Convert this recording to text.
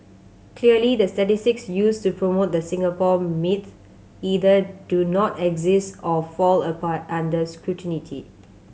clearly the statistics used to promote the Singapore myth either do not exist or fall apart under